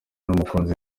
n’umukunzi